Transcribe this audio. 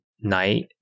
night